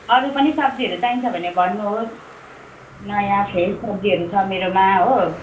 अरू पनि सब्जीहरू चाहिन्छ भने भन्नुहोस् नयाँ फ्रेस सब्जीहरू छ मेरोमा हो